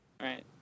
right